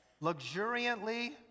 Luxuriantly